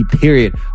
period